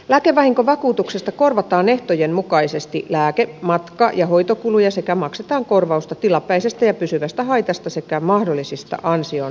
lääkevahinkovakuutuksesta korvataan ehtojen mukaisesti lääke matka ja hoitokuluja sekä maksetaan korvausta tilapäisestä ja pysyvästä haitasta sekä mahdollisista ansionmenetyksistä